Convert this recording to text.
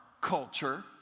culture